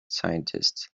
scientist